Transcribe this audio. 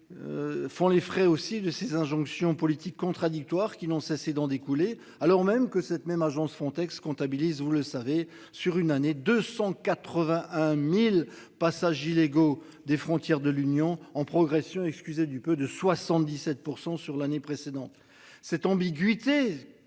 Font les frais aussi de ces injonctions politiques contradictoires qui n'ont cessé d'en découler alors même que cette même agence Frontex comptabilise vous le savez, sur une année 281.000 passages illégaux des frontières de l'Union en progression, excusez du peu de 77% sur l'année précédente. Cette ambiguïté.